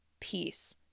peace